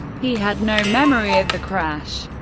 he had no memory of the crash,